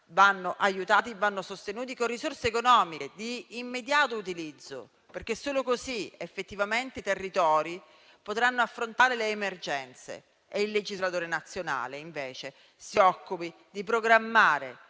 vanno aiutati e sostenuti, con risorse economiche di immediato utilizzo, perché solo così, effettivamente, i territori potranno affrontare le emergenze. Il legislatore nazionale si occupi invece di programmare